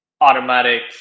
automatic